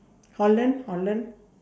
holland holland